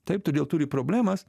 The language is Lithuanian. taip todėl turi problemas